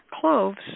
cloves